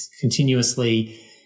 continuously